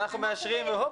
אנחנו מאשרים והופ,